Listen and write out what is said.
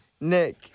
Nick